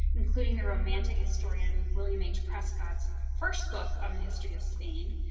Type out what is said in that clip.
including the romantic historian william h prescott's first book on the history of spain.